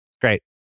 Great